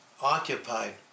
occupied